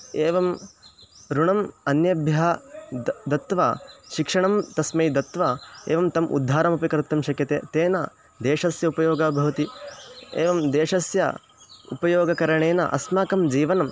एवं ऋणम् अन्येभ्यः द दत्वा शिक्षणं तस्मै दत्वा एवं तम् उद्धारमपि कर्तुं शक्यते तेन देशस्य उपयोगः भवति एवं देशस्य उपयोगकरणेन अस्माकं जीवनं